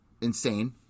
insane